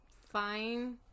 fine